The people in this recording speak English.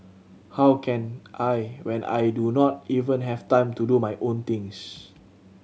how can I when I do not even have time to do my own things